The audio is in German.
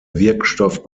wirkstoff